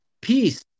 peace